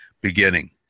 beginning